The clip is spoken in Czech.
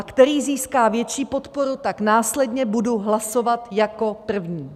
Který získá větší podporu, následně bude hlasován jako první.